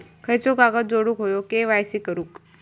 खयचो कागद जोडुक होयो के.वाय.सी करूक?